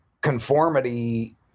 Conformity